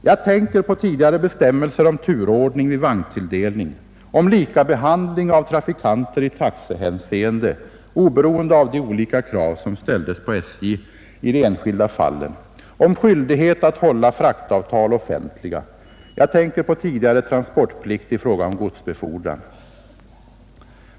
Jag tänker på tidigare bestämmelser om turordning vid vagnstilldelning, om likabehandling av trafikanter i taxehänseende, oberoende av de olika krav som ställdes på SJ i de enskilda fallen, om skyldighet att hålla fraktavtal offentliga och om transportplikt i fråga om godsbefordran.